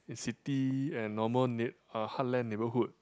in city and normal nei~ uh heartland neighbourhood